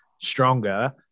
stronger